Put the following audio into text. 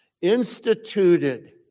instituted